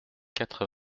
quatre